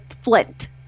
flint